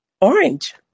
Orange